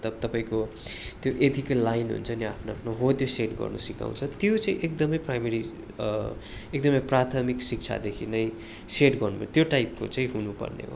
तप तपाईँको त्यो एथिकल लाइन हुन्छ नि आफ्नो आफ्नो हो त्यो सेट गर्नु सिकाउँछ त्यो चाहिँ एकदम प्राइमेरी एकदम प्राथमिक शिक्षादेखि नै सेट गर्नु त्यो टाइपको चाहिँ हुनु पर्ने हो